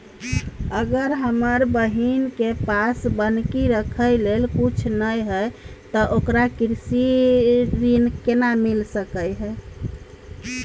अगर हमर बहिन के पास बन्हकी रखय लेल कुछ नय हय त ओकरा कृषि ऋण केना मिल सकलय हन?